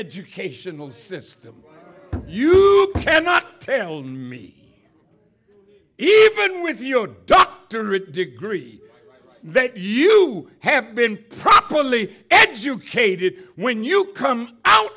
educational system you cannot tell me even with your doctorate degree that you have been properly educated when you come out